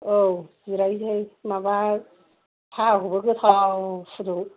औ जिरायसै माबा साहाखौबो गोथाव फुदुं